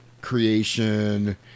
creation